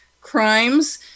crimes